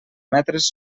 metres